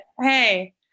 hey